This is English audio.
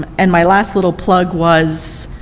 um and my last little plug was,